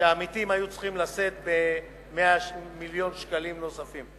והעמיתים היו צריכים לשאת ב-100 מיליון ש"ח נוספים.